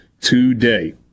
today